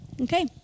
Okay